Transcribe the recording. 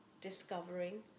discovering